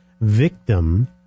victim